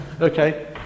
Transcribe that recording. Okay